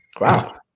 Wow